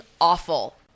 awful